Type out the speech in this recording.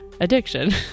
addiction